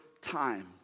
time